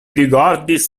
rigardis